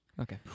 Okay